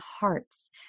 hearts